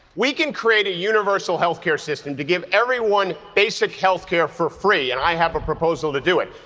we can create a universal health care system to give everyone basic health care for free. and i have a proposal to do it.